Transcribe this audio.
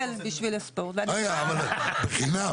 אי אפשר יהיה לבנות בית אחד,